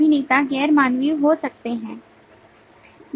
अभिनेता गैर मानवीय हो सकते हैं